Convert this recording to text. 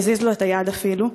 יזיז לו את היד אפילו.